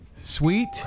Sweet